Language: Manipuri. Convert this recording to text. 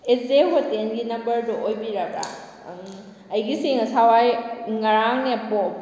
ꯑꯦ ꯖꯦ ꯍꯣꯇꯦꯜꯒꯤ ꯅꯝꯕꯔꯗꯨ ꯑꯣꯏꯕꯤꯔꯕ꯭ꯔꯥ ꯎꯪ ꯑꯩꯒꯤꯁꯤ ꯉꯁꯥꯏꯋꯥꯏ ꯉꯔꯥꯡꯅꯦꯀꯣ